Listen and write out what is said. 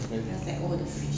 okay